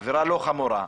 עבירה לא חמורה,